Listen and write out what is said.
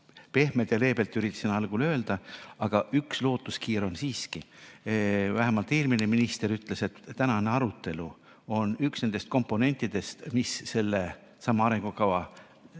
pehmelt ja leebelt üritasin algul öelda. Aga üks lootusekiir siiski on. Vähemalt eelmine minister ütles, et tänane arutelu on üks nendest komponentidest, mis sellesama arengukava